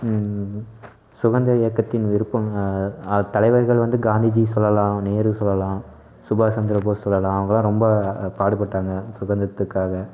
சுதந்திர இயக்கத்தின் விருப்பம் தலைவர்கள் வந்து காந்திஜி சொல்லலாம் நேரு சொல்லலாம் சுபாஷ் சந்திரபோஸ் சொல்லலாம் அவங்கள்லாம் ரொம்ப பாடுபட்டாங்க சுதந்திரத்துக்காக